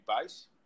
base